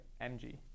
mg